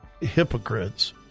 hypocrites